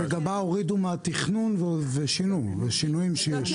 בנוסף לכך, מה הורידו מהתכנון ושינויים שיש.